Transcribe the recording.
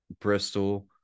Bristol